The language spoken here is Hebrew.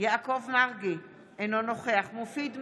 יעקב מרגי, אינו נוכח מופיד מרעי,